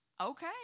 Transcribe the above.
okay